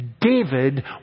David